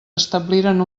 establiren